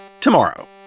tomorrow